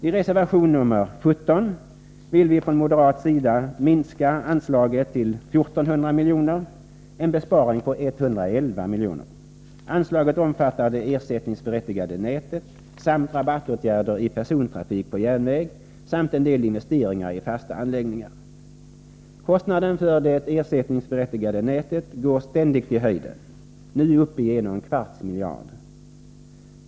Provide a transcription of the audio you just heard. I reservation 17 vill vi från moderat sida minska anslaget Ersättning till statens järnvägar för vissa tjänster till 1 400 milj.kr., en besparing på 111 milj.kr. Anslaget omfattar det ersättningsberättigade nätet, rabattåtgärder i persontrafik på järnväg samt en del investeringar i fasta anläggningar. Kostnaden för det ersättningsberättigade nätet går ständigt i höjden och är nu uppe i 1 1/4 miljard.